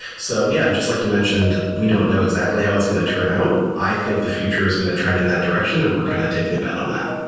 so yeah, just like you mentioned, we don't know exactly how it's going to turn out. i think the future is going to trend in that direction and we're kind of taking a bet on that.